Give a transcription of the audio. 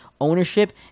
ownership